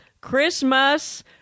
Christmas